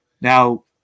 Now